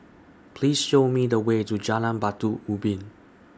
Please Show Me The Way to Jalan Batu Ubin